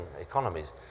economies